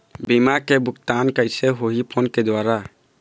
बीमा के भुगतान कइसे होही फ़ोन के द्वारा?